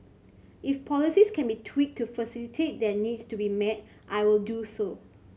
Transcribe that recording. if policies can be tweaked to facilitate their needs to be met I will do so